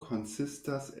konsistas